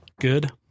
good